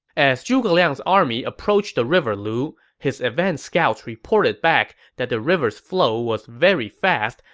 as zhuge liang's army approached the river lu, his advance scouts reported back that the river's flow was very fast,